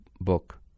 book